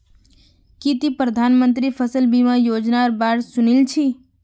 की ती प्रधानमंत्री फसल बीमा योजनार बा र सुनील छि